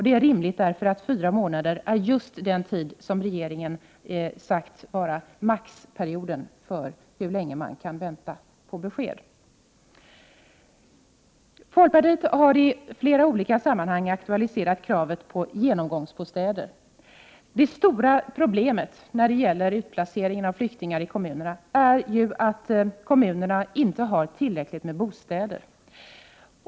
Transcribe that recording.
Det är rimligt med tanke på att fyra månader är just den tid som regeringen har sagt vara maximal tid för hur länge man skall behöva vänta på besked. Folkpartiet har i flera olika sammanhang aktualiserat kravet på genomgångsbostäder. Det stora problemet när flyktingar skall utplaceras i kommunerna är att kommunerna inte har tillräckligt många bostäder.